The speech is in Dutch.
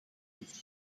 heeft